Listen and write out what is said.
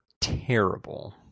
terrible